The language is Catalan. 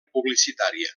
publicitària